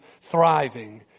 thriving